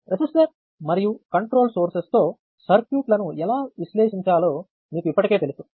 resistor మరియు control sources తో సర్క్యూట్లను ఎలా విశ్లేషించాలో మీకు ఇప్పటికే తెలుసు